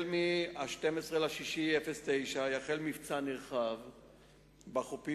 ב-12 ביוני 2009 יחל מבצע נרחב בחופים,